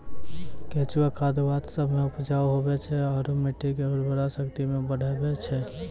केंचुआ खाद वास्तव मे उपजाऊ हुवै छै आरू मट्टी के उर्वरा शक्ति के बढ़बै छै